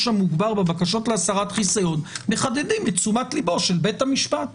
המוגבר בבקשות להסרת חיסיון מחדדים את תשומת ליבו של בית המשפט.